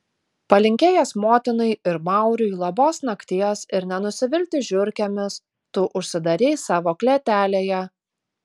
palinkėjęs motinai ir mauriui labos nakties ir nenusivilti žiurkėmis tu užsidarei savo klėtelėje